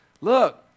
Look